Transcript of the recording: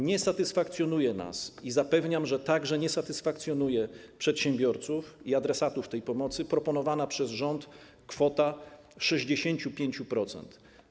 Nie satysfakcjonuje nas i zapewniam, że także nie satysfakcjonuje przedsiębiorców, adresatów tej pomocy proponowany przez rząd poziom 65%.